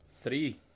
Three